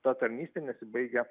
ta tarnystė nesibaigia